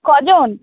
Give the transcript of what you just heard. কজন